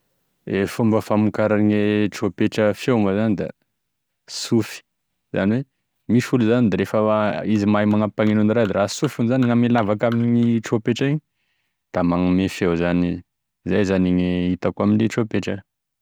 E fomba famokaran'e trompetra feo moa zany da sofy, izany hoe misy olo zany da refa izy mahay mana- mampagneno enigny raha igny raha sofiny moa zany gname lavaky aminigny trompetra agny igny da magnome feo izany izy, izay zany gn'hitako ame trompetra.